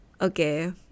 Okay